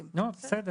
זה.